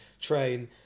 train